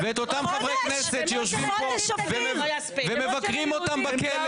--- ואותם חברי כנסת שיושבים פה ומבקרים אותם בכלא